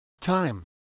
time